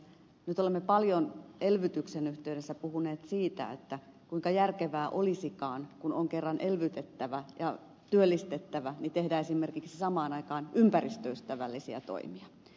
nyt olemme paljon elvytyksen yhteydessä puhuneet siitä kuinka järkevää olisikaan kun on kerran elvytettävä ja työllistettävä tehdä esimerkiksi samaan aikaan ympäristöystävällisiä toimia